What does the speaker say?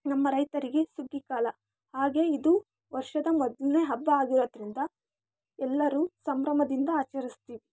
ನಮ್ಮ ರೈತರಿಗೆ ಸುಗ್ಗಿ ಕಾಲ ಹಾಗೆ ಇದು ವರ್ಷದ ಮೊದಲನೇ ಹಬ್ಬ ಆಗಿರೋದ್ರಿಂದ ಎಲ್ಲರೂ ಸಂಭ್ರಮದಿಂದ ಆಚರಿಸ್ತೀವಿ